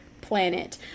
planet